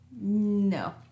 No